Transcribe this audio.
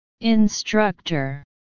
Instructor